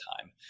time